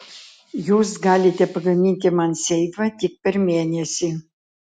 jūs galite pagaminti man seifą tik per mėnesį